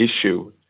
issue